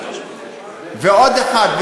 ועוד אחד,